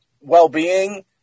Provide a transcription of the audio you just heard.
well-being